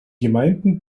gemeinden